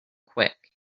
quick